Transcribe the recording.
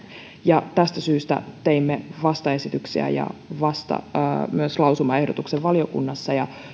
tästä syystä teimme vastaesityksiä ja myös lausumaehdotuksen valiokunnassa